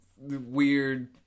weird